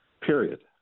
Period